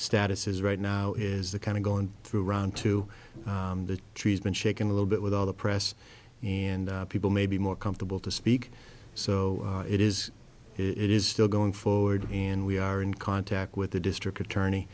status is right now is the kind of going through around to the treatment shaking a little bit with all the press and people may be more comfortable to speak so it is it is still going forward and we are in contact with the district attorney